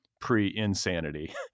pre-insanity